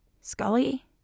Scully